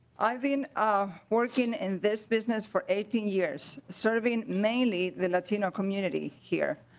i mean ah working in this business for eighteen years serving mainly the latino community here.